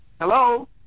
Hello